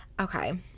Okay